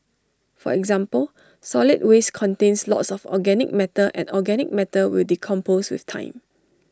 for example solid waste contains lots of organic matter and organic matter will decompose with time